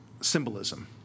symbolism